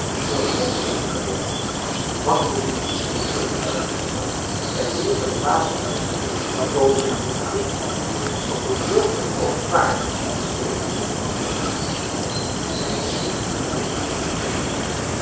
van het plotselinge kanonschot wachtten die verschrikkelijke charge niet af zij wierpen de wapens weg en kozen het hazenpad doch mijn ooms paard wist evenmin van stilstaan onder een ijselijk gehuil van zijn berijder